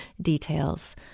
details